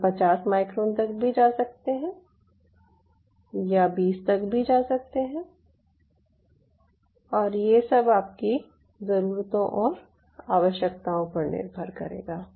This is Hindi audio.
हम 50 माइक्रोन तक भी जा सकते है या 20 तक भी जा सकते हैं और ये सब आपकी जरूरतों और आवश्यकताओं पर निर्भर करेगा